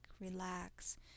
relax